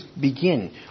begin